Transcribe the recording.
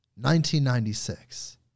1996